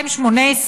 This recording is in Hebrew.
יולי 2018,